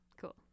Cool